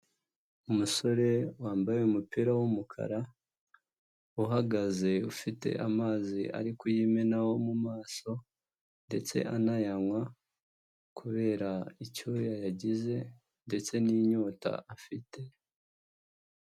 Umusore wambaye umupira w'umukara uhagaze ufite amazi ari kuyimenaho mu maso ndetse anayanywa kubera icyuya yagize ndetse n'inyota afite.